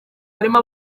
harimo